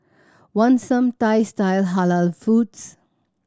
want some Thai style Halal foods